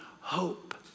hope